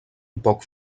poc